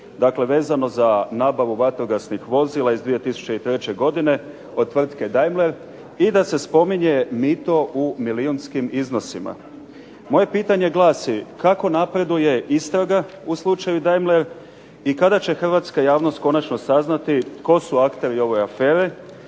Dakle, vezano za nabavu vatrogasnih vozila iz 2003. godine od tvrtke Daimler i da se spominje mito u milijunskim iznosima. Moje pitanje glasi kako napreduje istraga u slučaju Daimler i kada će hrvatska javnost konačno saznati tko su akteri ove afere